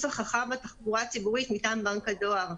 החכם של התחבורה הציבורית מטעם בנק הדואר.